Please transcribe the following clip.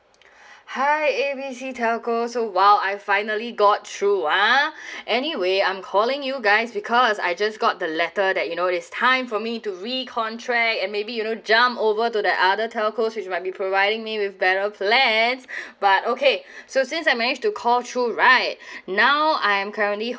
hi A B C telco so !wow! I finally got through ah anyway I'm calling you guys because I just got the letter that you know it's time for me to re contract and maybe you know jump over to the other telcos which it might be providing me with better plans but okay so since I manage to call through right now I am currently